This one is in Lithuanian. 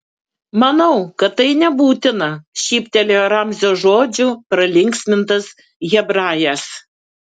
manau kad tai nebūtina šyptelėjo ramzio žodžių pralinksmintas hebrajas